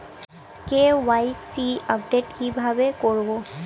KYC update কি ভাবে করবো?